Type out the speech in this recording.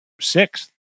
Sixth